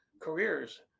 careers